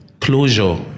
Closure